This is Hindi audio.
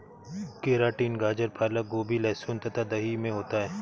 केराटिन गाजर पालक गोभी लहसुन तथा दही में होता है